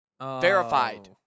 verified